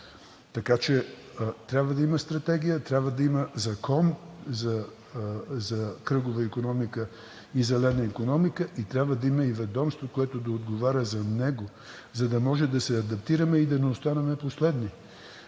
Така че трябва да има стратегия, трябва да има закон за кръгова икономика и зелена икономика и трябва да има и ведомство, което да отговаря за него, за да можем да се адаптираме и да не останем последни.